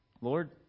Lord